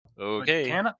okay